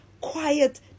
quiet